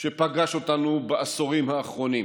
שפקד אותנו בעשורים האחרונים,